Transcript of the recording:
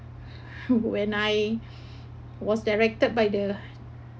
when I was directed by the